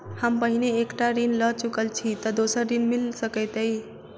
हम पहिने एक टा ऋण लअ चुकल छी तऽ दोसर ऋण मिल सकैत अई?